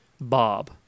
Bob